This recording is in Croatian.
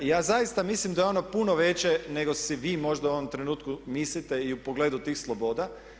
Ja zaista mislim da je ono puno veće nego si vi možda u ovom trenutku mislite i u pogledu tih sloboda.